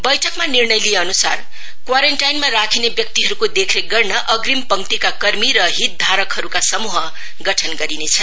वैठकमा निर्णय लिइए अनुसार कोरानटाइनमा राखिने व्यक्तिहरुको देखरेख गर्न अग्रिम पंक्तिका कर्मी र हितधारकहरुका समूह गठन गरिनेछ